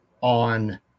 on